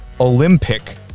Olympic